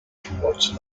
towards